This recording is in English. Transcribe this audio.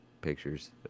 pictures